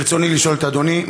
ברצוני לשאול את אדוני,